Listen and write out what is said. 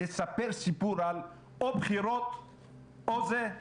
לספר סיפור על או בחירות או זה?